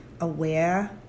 aware